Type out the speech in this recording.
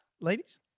ladies